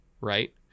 right